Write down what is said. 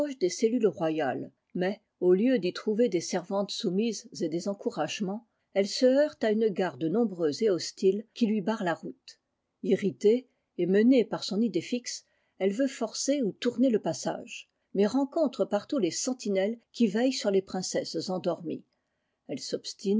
des cellules royales mais au lieu d'y trouver des servantes soumises et des encouragements elle se heurte à une garde nombreuse et hostile qui lui barre la route irritée et menée par son idée fixe elle veut forcer ou tourner le passage mais rencontre partout les sentinelles qui veillent sur les princesses endormies elle s'obstine